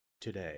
today